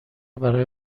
برای